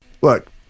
look